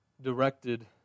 directed